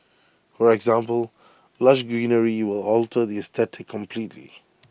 for example lush greenery will alter the aesthetic completely